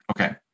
Okay